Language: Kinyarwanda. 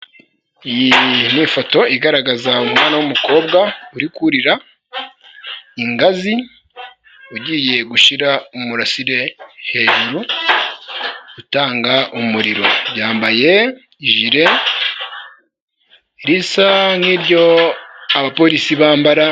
Iyi ni ni ifoto igaragaza umwana w'umukobwa uri kurira ingazi ugiye gushyira umurasire hejuru, utanga umuriro yambaye ijire risa nk'iryo abapolisi bambara.